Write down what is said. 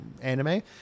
anime